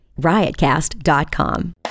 riotcast.com